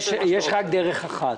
יש רק דרך אחת: